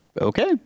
Okay